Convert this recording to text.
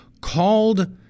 called